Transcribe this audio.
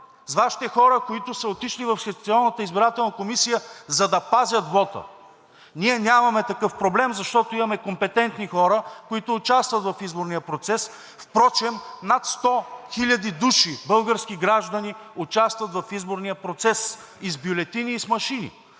избирателна комисия, за да пазят вота. Ние нямаме такъв проблем, защото имаме компетентни хора, които участват в изборния процес. Впрочем, над 100 хиляди души български граждани участват в изборния процес и с бюлетини, и с машини.